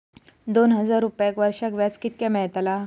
दहा हजार रुपयांक वर्षाक व्याज कितक्या मेलताला?